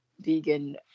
Vegan